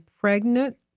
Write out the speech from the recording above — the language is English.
pregnant